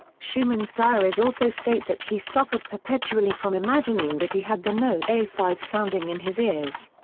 schumann's diaries also state that he suffered perpetually from imagining that he had the note a five sounding in his ears.